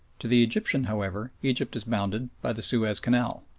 to the egyptian, however, egypt is bounded by the suez canal.